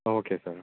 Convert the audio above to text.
okay sir